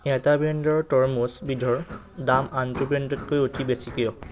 এটা ব্ৰেণ্ডৰ তৰমুজবিধৰ দাম আনটো ব্ৰেণ্ডতকৈ অতি বেছি কিয়